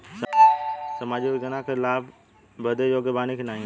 सामाजिक योजना क लाभ बदे योग्य बानी की नाही?